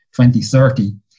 2030